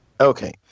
Okay